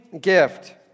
gift